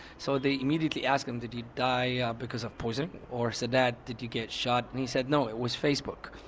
so they immediately ask him did you die ah because of poisoning? or sadat did you get shot? and he said no, it was facebook